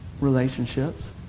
Relationships